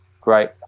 Great